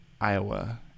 Iowa